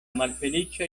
malfeliĉa